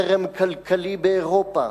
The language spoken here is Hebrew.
חרם כלכלי באירופה.